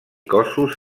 cossos